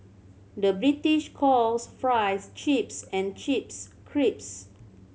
the British calls fries chips and chips crisps